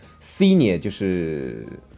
Senior就是